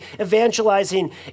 evangelizing